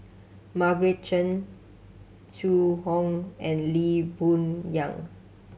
Margaret Chan Zhu Hong and Lee Boon Yang